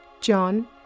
John